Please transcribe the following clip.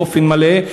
באופן מלא,